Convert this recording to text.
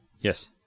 Yes